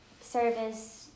service